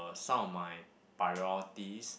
some of my priorities